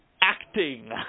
acting